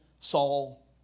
Saul